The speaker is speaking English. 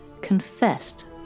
confessed